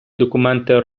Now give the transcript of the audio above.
документи